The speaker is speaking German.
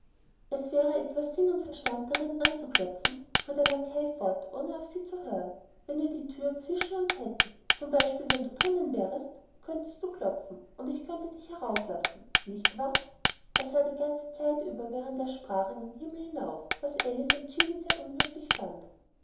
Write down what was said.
es wäre etwas sinn und verstand darin anzuklopfen fuhr der lackei fort ohne auf sie zu hören wenn wir die thür zwischen uns hätten zum beispiel wenn du drinnen wärest könntest du klopfen und ich könnte dich herauslassen nicht wahr er sah die ganze zeit über während er sprach in den himmel hinauf was alice entschieden sehr unhöflich fand